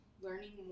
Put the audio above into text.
learning